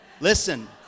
listen